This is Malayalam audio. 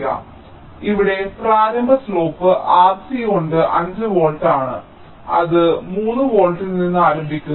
അതിനാൽ ഇവിടെ പ്രാരംഭ ചരിവ് R c കൊണ്ട് 5 വോൾട്ട് ആണ് അത് 3 വോൾട്ടിൽ നിന്ന് ആരംഭിക്കുന്നു